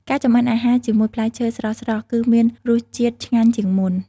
ការចម្អិនអាហារជាមួយផ្លែឈើស្រស់ៗគឺមានរសជាតិឆ្ងាញ់ជាងមុន។